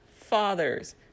fathers